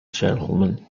gentleman